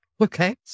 Okay